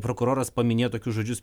prokuroras paminėjo tokius žodžius